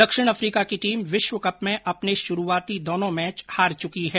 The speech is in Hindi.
दक्षिण अफ्रीका की टीम ॅविश्वकप में अपने शुरूआती दोनो मैच हार चुकी है